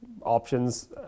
options